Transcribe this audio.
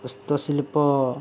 ହସ୍ତଶିଳ୍ପ